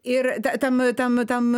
ir ta tam tam